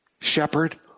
Shepherd